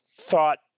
thought